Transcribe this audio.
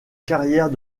carrière